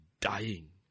dying